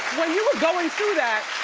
when you were going through that,